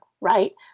Right